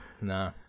nah